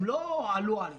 הם לא עלו על זה,